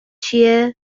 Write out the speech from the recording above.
چیه